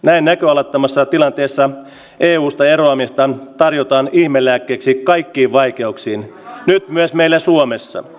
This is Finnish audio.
näin näköalattomassa tilanteessa eusta eroamista tarjotaan ihmelääkkeeksi kaikkiin vaikeuksiin nyt myös meillä suomessa